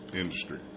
industry